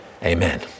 Amen